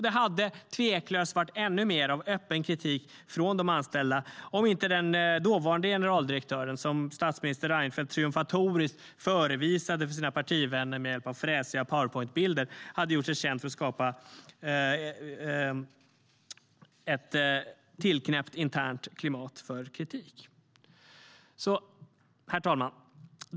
Det hade tveklöst varit ännu mer av öppen kritik från de anställda om inte den dåvarande generaldirektören, som statsminister Reinfeldt triumfatoriskt förevisade för sina partivänner med hjälp av fräsiga Powerpointbilder, hade gjort sig känd för att skapa ett tillknäppt internt klimat för kritik. Herr talman!